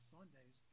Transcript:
Sundays